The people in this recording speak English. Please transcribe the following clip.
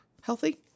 healthy